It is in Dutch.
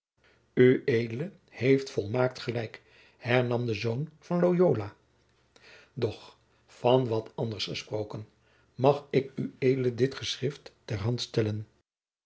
ued heeft volmaakt gelijk hernam de zoon van lojola doch van wat anders gesproken mag ik ued dit geschrift ter hand stellen